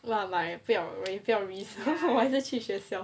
!wow! 不要不要 risk 我还是去学校